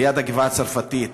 ליד הגבעה-הצרפתית,